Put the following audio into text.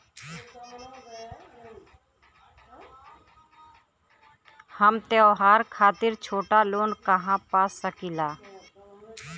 हम त्योहार खातिर छोटा लोन कहा पा सकिला?